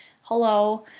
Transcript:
hello